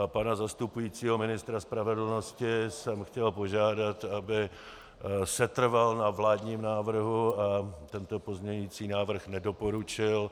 Pana zastupujícího ministra spravedlnosti jsem chtěl požádat, aby setrval na vládním návrhu a tento pozměňovací návrh nedoporučil.